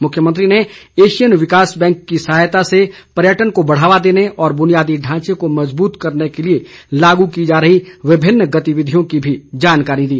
मुख्यमंत्री ने एशियन विकास बैंक की सहायता से पर्यटन को बढ़ावा देने और बुनियादी ढांचे को मजबूत करने के लिए लागू की जा रही विभिन्न गतिविधियों की भी जानकारी दी